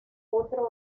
otro